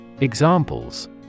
Examples